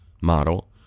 model